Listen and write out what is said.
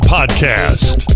Podcast